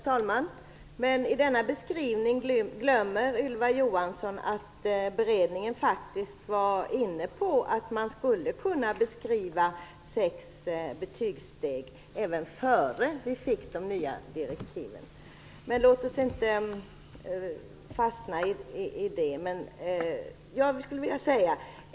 Herr talman! I denna beskrivning glömmer Ylva Johansson att beredningen faktiskt även före de nya direktiven var inne på att man kunde ha sex betygssteg. Men låt oss inte fastna i denna fråga.